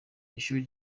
ishuri